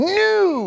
new